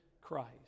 Christ